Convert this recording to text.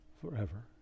forever